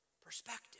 perspective